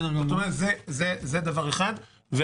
זה דבר אחד.